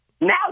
now